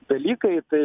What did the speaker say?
dalykai tai